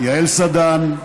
יעל סדן,